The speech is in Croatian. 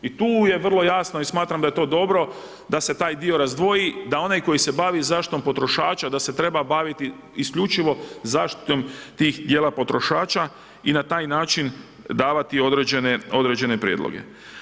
I tu je vrlo jasno i smatram da je to dobro da se taj dio razdvoji, da onaj koji se bavi zaštitom potrošača, da se treba baviti isključivo tih djela potrošača i na taj način davati određene prijedloge.